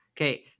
Okay